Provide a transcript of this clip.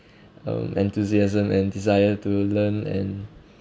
um enthusiasm and desire to learn and